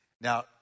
Now